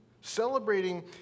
celebrating